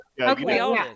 Okay